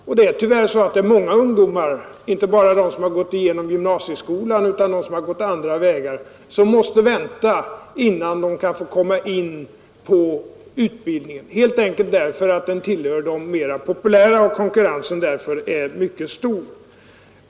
Och det är tyvärr många ungdomar — inte bara de som gått igenom gymnasieskolan utan även sådana som gått andra vägar — som måste vänta, innan de kan få komma in på utbildningen, helt enkelt därför att den tillhör de mera populära och konkurrensen därför är mycket hård.